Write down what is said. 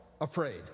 afraid